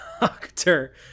doctor